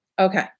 Okay